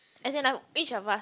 as in like each of us